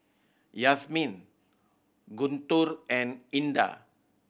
Yasmin Guntur and Indah